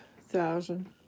thousand